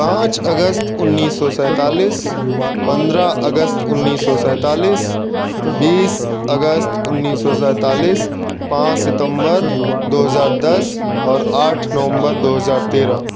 पाँच अगस्त उन्नीस सौ सैंतालीस पंद्रह अगस्त उन्नीस सौ सैंतालीस बीस अगस्त उन्नीस सौ सैंतालीस पाँच सितम्बर दो हज़ार दस और आठ नवंबर दो हज़ार तेरह